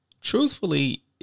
truthfully